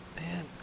Man